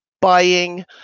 buying